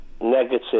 negative